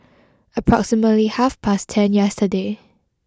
approximately half past ten yesterday